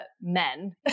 men